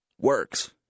works